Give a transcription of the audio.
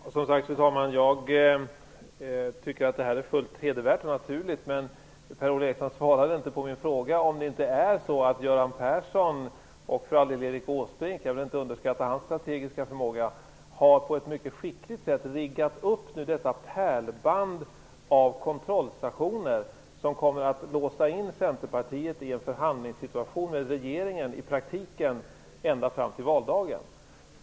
Fru talman! Jag tycker som sagt att detta är fullt hedervärt och naturligt, men Per-Ola Eriksson svarade inte på min fråga. Är det inte så att Göran Persson och för all del även Erik Åsbrink - jag vill inte underskatta hans strategiska förmåga - på ett skickligt sätt har riggat upp detta pärlband av kontrollstationer som kommer att låsa in Centerpartiet i en förhandlingssituation med regeringen, i praktiken ända fram till valdagen?